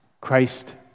Christ